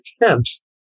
attempts